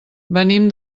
venim